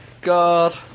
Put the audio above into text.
God